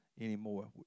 anymore